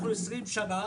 במשך 20 שנה